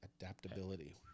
Adaptability